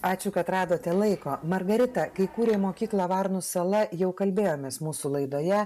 ačiū kad radote laiko margarita kai kūrei mokyklą varnų sala jau kalbėjomės mūsų laidoje